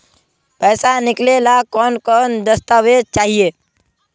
पैसा निकले ला कौन कौन दस्तावेज चाहिए?